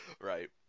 Right